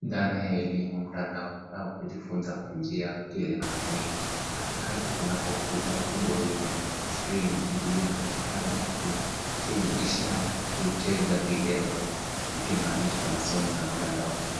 Dhana ya elimu mtandaoni au kujifunza kwa njia ya kieletroniki. Katikati kuna kompyuta kubwa yenye skrini iliyo na kitabu wazi chenye ishara ya kuicheza video, ikimaanisha masomo ya mtandaoni.